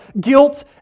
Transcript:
guilt